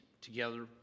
together